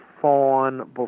fawn